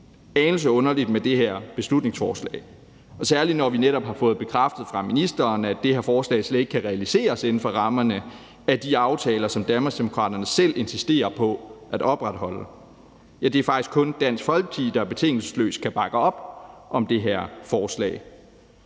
anelse underligt med det her beslutningsforslag, særlig når vi netop har fået bekræftet fra ministeren, at det her forslag slet ikke kan realiseres inden for rammerne af de aftaler, som Danmarksdemokraterne selv insisterer på at opretholde. Det er faktisk kun Dansk Folkeparti, der betingelsesløst kan bakke op om det her forslag.